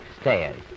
stairs